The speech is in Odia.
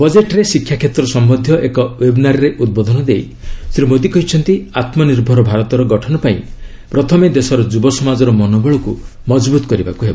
ବଜେଟରେ ଶିକ୍ଷାକ୍ଷେତ୍ର ସମ୍ପନ୍ଧୀୟ ଏକ ୱେବ୍ନାରରେ ଉଦ୍ବୋଧନ ଦେଇ ଶ୍ରୀ ମୋଦୀ କହିଛନ୍ତି ଆତ୍ମନିର୍ଭର ଭାରତର ଗଠନ ପାଇଁ ପ୍ରଥମେ ଦେଶର ଯୁବସମାଜର ମନୋବଳକୁ ମଜବୁତ କରିବାକୁ ହେବ